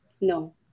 no